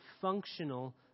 functional